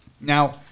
Now